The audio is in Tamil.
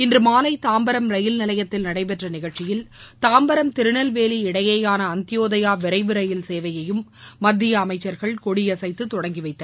இன்று மாலை தாம்பரம் ரயில் நிலையத்தில் நடைபெற்ற நிகழ்ச்சியில் தாம்பரம் திருநெல்வேலி இடையேயான அந்த்யோதயா விரைவு ரயில் சேவையையும் மத்திய அமைச்சர்கள் கொடியசைத்து தொடங்கிவைத்தனர்